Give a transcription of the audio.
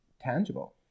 tangible